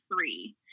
three